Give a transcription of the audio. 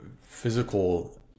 physical